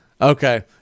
Okay